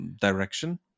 direction